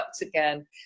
again